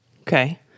Okay